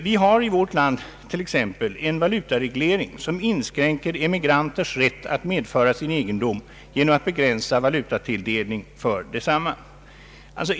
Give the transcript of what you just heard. Vi har i vårt land en valutareglering som inskränker emigranters rätt att medföra sin egendom genom att begränsa valutatilldelning för desamma.